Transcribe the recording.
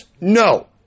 no